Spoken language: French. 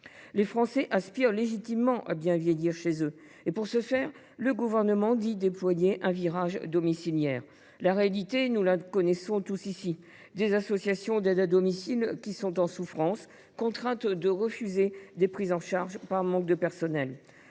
Les Français aspirent légitimement à bien vieillir chez eux. Pour ce faire, le Gouvernement affirme déployer un « virage domiciliaire ». Pourtant, nous connaissons tous ici la réalité en la matière : les associations d’aide à domicile sont en souffrance, contraintes de refuser des prises en charge par manque de personnel.